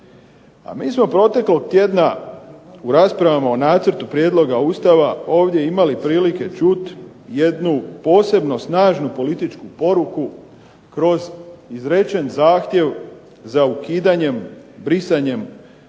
A mi smo proteklog tjedna u raspravama o nacrtu prijedloga Ustava ovdje imali prilike čuti jednu posebno snažnu političku poruku kroz izrečen zahtjev za ukidanjem, brisanjem